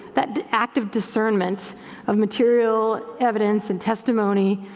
that active discernment of material evidence and testimony,